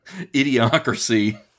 idiocracy